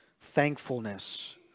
thankfulness